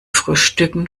frühstücken